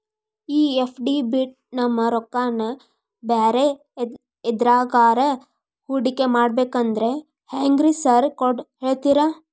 ಈ ಎಫ್.ಡಿ ಬಿಟ್ ನಮ್ ರೊಕ್ಕನಾ ಬ್ಯಾರೆ ಎದ್ರಾಗಾನ ಹೂಡಿಕೆ ಮಾಡಬೇಕಂದ್ರೆ ಹೆಂಗ್ರಿ ಸಾರ್ ಹೇಳ್ತೇರಾ?